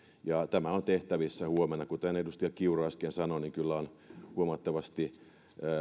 ja tämä on tehtävissä huomenna kuten edustaja kiuru äsken sanoi kyllä on huomattavasti